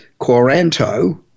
Quaranto